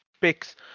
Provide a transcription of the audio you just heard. picks